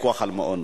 לפיקוח על מעונות?